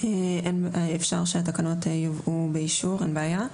אפשר שהתקנות יובאו באישור, אין בעיה.